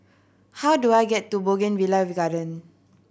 how do I get to Bougainvillea Garden